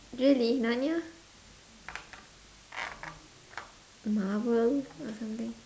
really Narnia Marvel or something